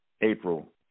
April